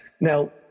Now